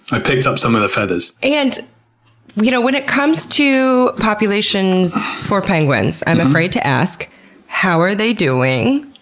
i picked up some of the feathers. and you know when it comes to populations for penguins i'm afraid to ask how are they doing?